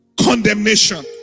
Condemnation